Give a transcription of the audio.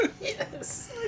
Yes